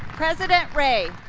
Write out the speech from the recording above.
president ray,